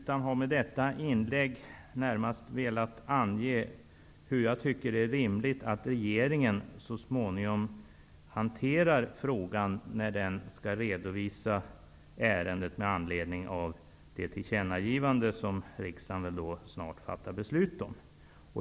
Jag har med detta inlägg närmast velat ange hur jag tycker att det är rimligt att regeringen så småningom hanterar frågan. Regeringen skall ju redovisa ärendet med anledning av det tillkännagivande som riksdagen strax kommer att fatta beslut om.